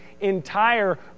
entire